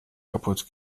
kaputt